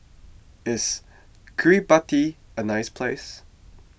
is Kiribati a nice place